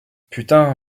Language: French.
putain